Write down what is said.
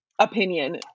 opinion